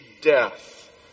death